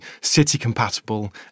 city-compatible